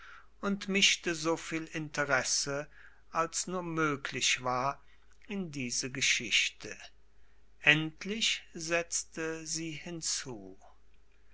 und mischte so viel interesse als nur möglich war in diese geschichte endlich setzte sie hinzu